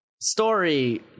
story